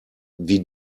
wie